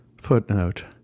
Footnote